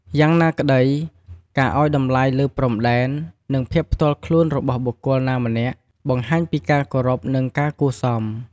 យ៉ាងណាក្ដី ការឱ្យតម្លៃលើព្រំដែន និងភាពផ្ទាល់ខ្លួនរបស់បុគ្គលណាម្នាក់ បង្ហាញពីការគោរព និងការគួរសម។